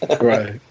Right